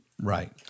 Right